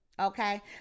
Okay